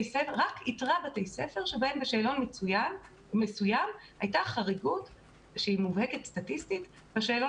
ספר שבהן בשאלון מסוים הייתה חריגה מובהקת מהסטטיסטיקה.